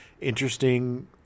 interesting